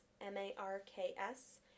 M-A-R-K-S